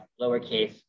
lowercase